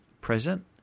present